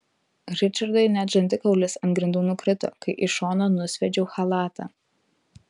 ričardui net žandikaulis ant grindų nukrito kai į šoną nusviedžiau chalatą